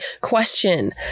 question